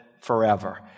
forever